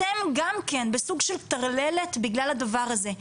אתם גם כן בסוג של טרללת בגלל הדבר הזה.